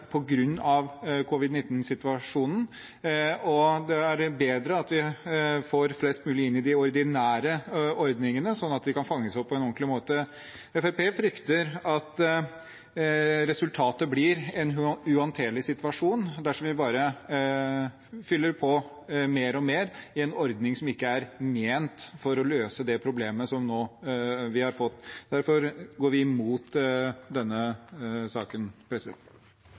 og det er bedre at vi får flest mulig inn i de ordinære ordningene, slik at de kan fanges opp på en ordentlig måte. Fremskrittspartiet frykter at resultatet blir en uhåndterlig situasjon dersom vi bare fyller på mer og mer i en ordning som ikke er ment for å løse det problemet som vi nå har fått. Derfor går vi imot denne saken.